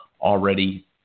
already